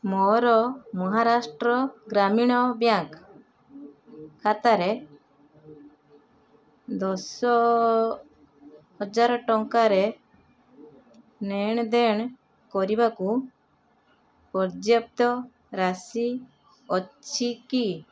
ମୋର ମହାରାଷ୍ଟ୍ର ଗ୍ରାମୀଣ ବ୍ୟାଙ୍କ୍ ଖାତାରେ ଦଶ ହଜାର ଟଙ୍କାର ନେଣ ଦେଣ କରିବାକୁ ପର୍ଯ୍ୟାପ୍ତ ରାଶି ଅଛି କି